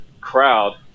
crowd